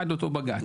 עד אותו בג"ץ.